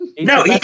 no